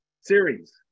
series